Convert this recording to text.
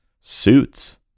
suits